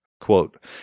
Quote